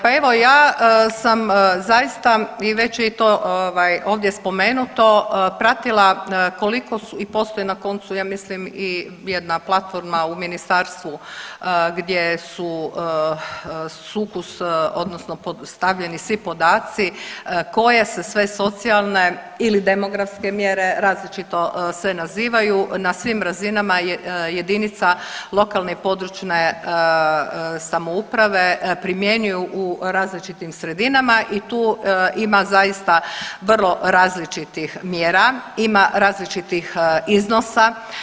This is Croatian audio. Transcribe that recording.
Pa evo ja sam zaista i već je to ovdje spomenuto pratila i postoji na koncu ja mislim i jedna platforma u ministarstvu gdje su sukus odnosno stavljeni svi podaci koje se sve socijalne ili demografske mjere različito se nazivaju na svim razinama jedinica lokalne i područne samouprave primjenjuju u različitim sredinama i tu ima zaista vrlo različitih mjera, ima različitih iznosa.